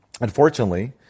unfortunately